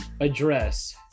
address